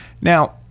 Now